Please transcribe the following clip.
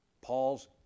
Paul's